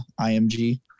IMG